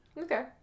okay